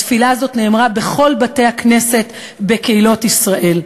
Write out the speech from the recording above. התפילה הזאת נאמרה בכל בתי-הכנסת בקהילות ישראל: